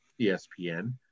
ESPN